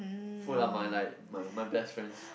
food are my like my my best friends